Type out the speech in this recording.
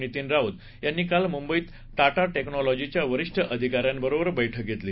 नितीन राऊत यांनी काल मुंबईत टाटा टेक्नोलॉजीच्या वरिष्ठ अधिकाऱ्यांबरोबर बरुक्क घेतली